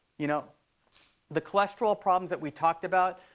you know the cholesterol problems that we talked about,